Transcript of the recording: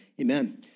amen